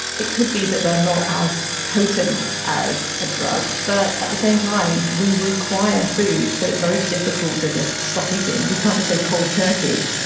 it could be that they are not as potent as a drug, drug, but at the same time we require food, so it's very difficult to just stop eating, we can't just go cold turkey.